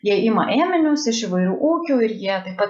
jie ima ėminius iš įvairių ūkių ir jie taip pat